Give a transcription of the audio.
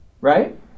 right